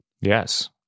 Yes